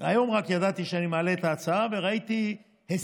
והיום רק ידעתי שאני מעלה את ההצעה, וראיתי הישג: